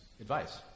advice